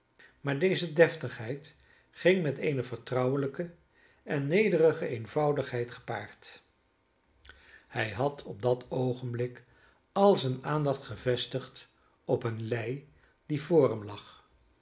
maar deze deftigheid ging met eene vertrouwelijke en nederige eenvoudigheid gepaard hij had op dat oogenblik al zijn aandacht gevestigd op eene lei die voor